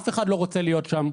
אף אחד לא רוצה להיות שם,